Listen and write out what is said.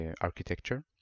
architecture